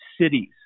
cities